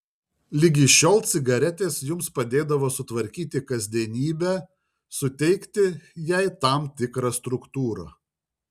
ligi šiol cigaretės jums padėdavo sutvarkyti kasdienybę suteikti jai tam tikrą struktūrą